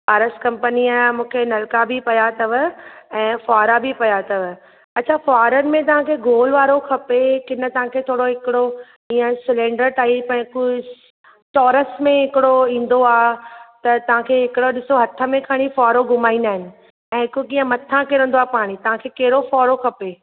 पारस कम्पनीअ मूंखे नलका बि पया अथव ऐं फुआरा बि पया अथव अछा फुआरनि में तव्हांखे गोल वारो खपे कि न तव्हांखे थोरो हिकड़ो हीअं सिलैंडर टाइप कुझु चौरस में हिकड़ो ईंदो आहे त तव्हांखे हिकिड़ो ॾिसो हथु में खणी फुआरो घुमाइंदा आहिनि ऐं हिकु कीअं मथा किरंदो आहे पाणी तव्हांखे कहिड़ो फुआरो खपे